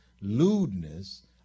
lewdness